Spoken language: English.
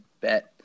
bet